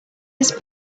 his